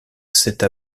cette